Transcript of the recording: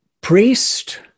priest